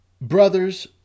Brothers